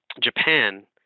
Japan